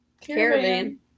caravan